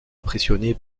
impressionné